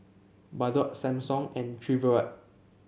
Bardot Samsung and Chevrolet